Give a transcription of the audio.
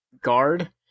guard